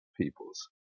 peoples